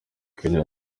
kenya